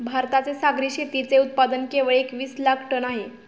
भारताचे सागरी शेतीचे उत्पादन केवळ एकवीस लाख टन आहे